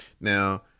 Now